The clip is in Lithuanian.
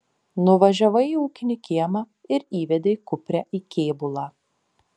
nuvažiavai į ūkinį kiemą ir įvedei kuprę į kėbulą